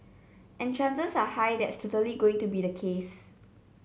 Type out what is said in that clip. and chances are high that's totally going to be the case